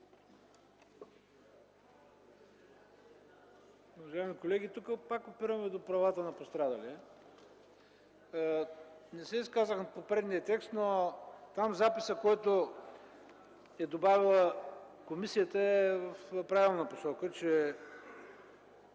Уважаеми колеги, тук пак опираме до правата на пострадалия. Не се изказах на предишния текст, но там записът, който е добавила комисията, е в правилна посока, че